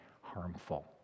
harmful